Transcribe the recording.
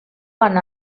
one